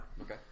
Okay